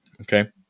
okay